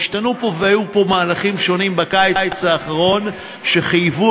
והיו פה מהלכים שונים בקיץ האחרון שחייבו